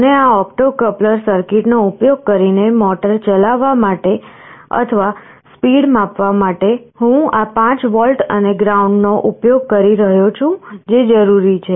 અને આ optocoupler સર્કિટનો ઉપયોગ કરીને મોટર ચલાવવા માટે અથવા સ્પીડ માપવા માટે હું આ 5 વોલ્ટ અને ગ્રાઉન્ડ નો ઉપયોગ કરી રહ્યો છું જે જરૂરી છે